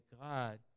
God